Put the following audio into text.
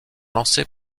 lancées